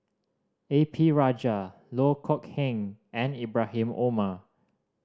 A P Rajah Loh Kok Heng and Ibrahim Omar